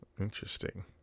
interesting